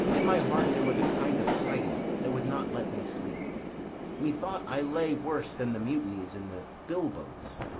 in my heart there was a kind of fighting that would not let me sleep methought i lay worse than the mutinies in the bilboes.